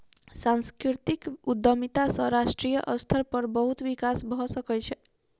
सांस्कृतिक उद्यमिता सॅ राष्ट्रीय स्तर पर बहुत विकास भ सकै छै